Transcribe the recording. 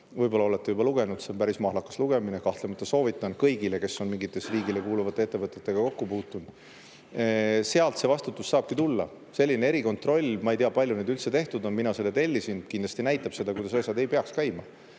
Võib-olla olete juba lugenud, see on päris mahlakas lugemine. Kahtlemata soovitan [lugeda] kõigil, kes on mingite riigile kuuluvate ettevõtetega kokku puutunud. Sealt see vastutus saabki tulla. See erikontroll – ma ei tea, kui palju neid üldse tehtud on, mina selle tellisin – kindlasti näitab seda, kuidas asjad ei peaks käima.